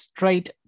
Straight